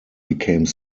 became